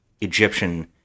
Egyptian